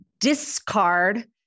discard